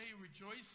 rejoice